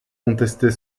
contester